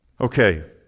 Okay